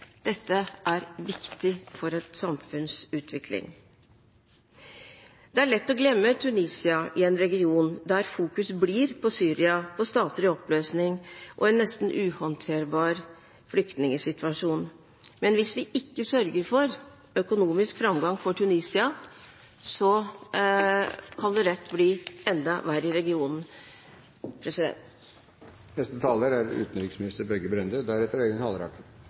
Dette er viktig for et samfunns utvikling. Det er lett å glemme Tunisia i en region der fokuset blir på Syria, på stater i oppløsning og på en nesten uhåndterbar flyktningsituasjon. Men hvis vi ikke sørger for økonomisk framgang for Tunisia, kan det lett bli enda verre i regionen.